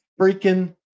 Freaking